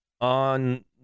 On